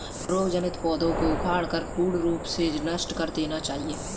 रोग जनित पौधों को उखाड़कर पूर्ण रूप से नष्ट कर देना चाहिये